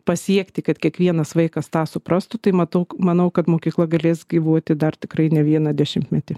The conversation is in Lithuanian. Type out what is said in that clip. pasiekti kad kiekvienas vaikas tą suprastų tai matau manau kad mokykla galės gyvuoti dar tikrai ne vieną dešimtmetį